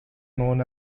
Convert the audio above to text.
known